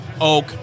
oak